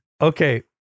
okay